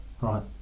Right